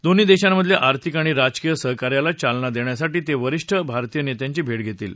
दोन्ही देशांमधले आर्थिक आणि राजकीय सहकार्याला चालना देण्यासाठी ते वरिष्ठ भारतीय नेत्यांची भेट घेतील